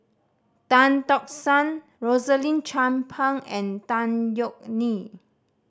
Tan Tock San Rosaline Chan Pang and Tan Yeok Nee